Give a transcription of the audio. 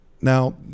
Now